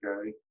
Okay